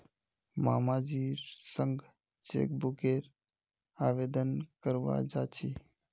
मामाजीर संग चेकबुकेर आवेदन करवा जा छि